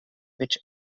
which